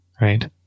right